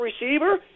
receiver